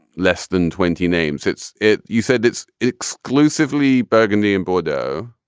less than twenty names. it's it. you said it's exclusively burgundy and bordeaux.